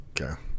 okay